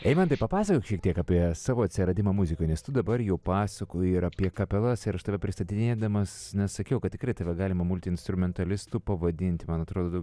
eimantai papasakok šiek tiek apie savo atsiradimą muzikoj nes tu dabar jau pasakoji ir apie kapelas ir aš tave pristatinėdamas na sakiau kad tikrai tave galima multiinstrumentalistu pavadinti man atrodo